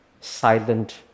silent